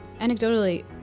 Anecdotally